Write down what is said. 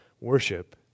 worship